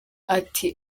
ati